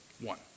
One